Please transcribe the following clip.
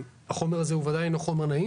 החומר הזה הוא בוודאי לא חומר נעים